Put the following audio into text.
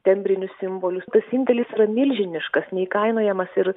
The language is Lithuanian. tembrinius simbolius tas indėlis yra milžiniškas neįkainojamas ir